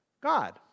God